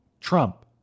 Trump